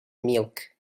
milk